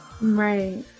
right